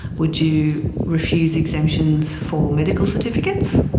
would you refuse exemptions for medical certificates?